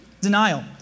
denial